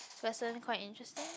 person quite interesting